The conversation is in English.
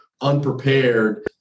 unprepared